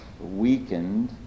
weakened